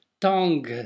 Tongue